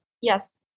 yes